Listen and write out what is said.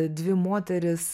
dvi moteris